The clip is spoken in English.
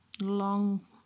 long